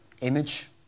image